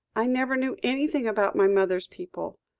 i never knew anything about my mother's people.